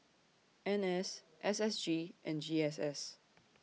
N S S S G and G S S